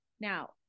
Now